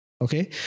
okay